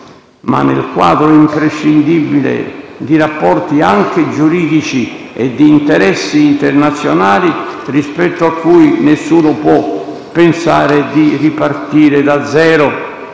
Ma nel quadro imprescindibile di rapporti anche giuridici e di interessi internazionali rispetto a cui nessuno può pensare di ripartire da zero,